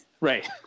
Right